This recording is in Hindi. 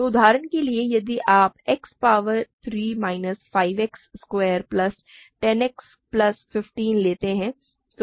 तो उदाहरण के लिए यदि आप X power 3 minus 5 X square plus 10 X plus 15 लेते हैं